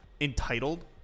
entitled